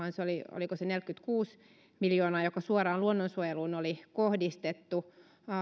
oliko se neljäkymmentäkuusi miljoonaa joka suoraan luonnonsuojeluun oli kohdistettu